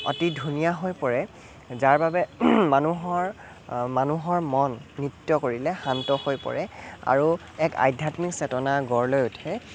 অতি ধুনীয়া হৈ পৰে যাৰ বাবে মানুহৰ মানুহৰ মন নৃত্য কৰিলে শান্ত হৈ পৰে আৰু এক আধ্যাত্মিক চেতনা গঢ় লৈ উঠে